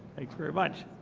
thank you very much.